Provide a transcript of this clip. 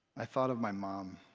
i thought of my mom.